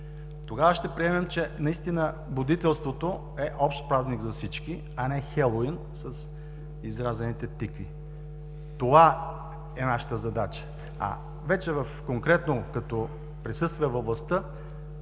Тогава ще приемем, че будителството е общ празник за всички, а не Хелоуин с изрязаните тикви. Това е нашата задача! Конкретно като присъствие във властта